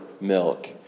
milk